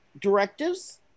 directives